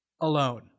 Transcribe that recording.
alone